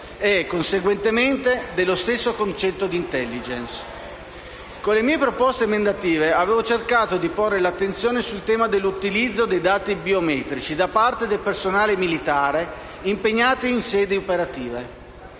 e, conseguentemente, dello stesso concetto di *intelligence*. Con le mie proposte emendative avevo cercato di porre l'attenzione sul tema dell'utilizzo dei dati biometrici da parte del personale militare impegnati in sede operative.